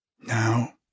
Now